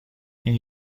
این